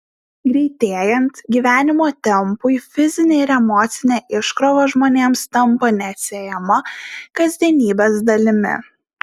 greitėjant gyvenimo tempui fizinė ir emocinė iškrova žmonėms tampa neatsiejama kasdienybės dalimi